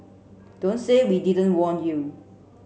don't say we didn't warn you